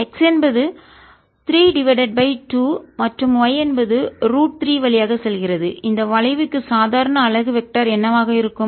x என்பது 3 divided by 2 மற்றும் y என்பது ரூட் 3 வழியாக செல்கிறது இந்த வளைவுக்கு சாதாரண அலகு வெக்டர் என்னவாக இருக்கும்